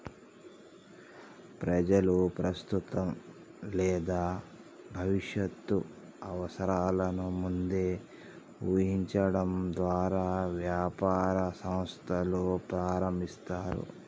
ప్రజలు ప్రస్తుత లేదా భవిష్యత్తు అవసరాలను ముందే ఊహించడం ద్వారా వ్యాపార సంస్థలు ప్రారంభిస్తారు